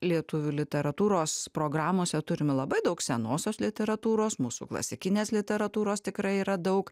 lietuvių literatūros programose turime labai daug senosios literatūros mūsų klasikinės literatūros tikrai yra daug